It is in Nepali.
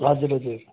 हजुर हजुर